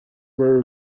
were